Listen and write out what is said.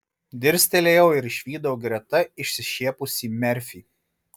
dirstelėjau ir išvydau greta išsišiepusį merfį